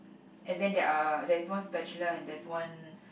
and then there are there's small spatula and there's one